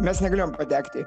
mes negalėjom patekti